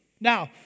Now